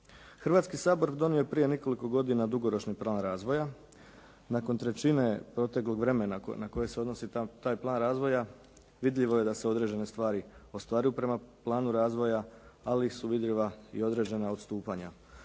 Hrvatski sabor donio je prije nekoliko godina dugoročni plan razvoja. Nakon trećine proteklog vremena na koji se odnosi taj plan razvoja vidljivo je da se određene stvari ostvaruju prema planu razvoja, ali su vidljiva i određena odstupanja.